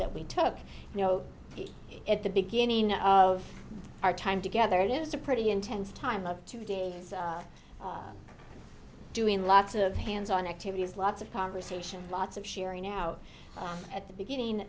that we took you know at the beginning of our time together it is a pretty intense time of two days doing lots of hands on activities lots of conversation lots of sharing out at the beginning